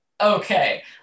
okay